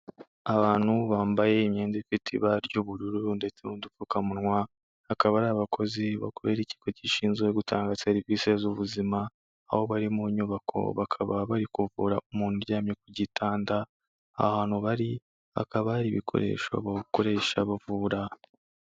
Abantu bambaye imyenda ifite ibara ry'ubururu ndetse n'udupfukamunwa akaba ari abakozi bakorera ikigo gishinzwe gutanga serivisi z'ubuzima aho bari mu nyubako bakaba bari kuvura umuntu uryamye ku gitanda ahantu bari hakaba hari ibikoresho bakoresha bavura.